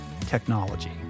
technology